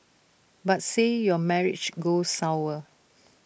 but say your marriage goes sour